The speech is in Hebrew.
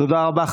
תודה רבה.